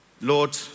Lord